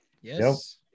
Yes